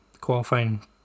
qualifying